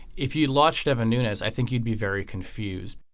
if you launched devon nunez i think you'd be very confused